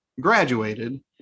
graduated